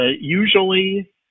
usually